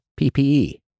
PPE